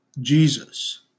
Jesus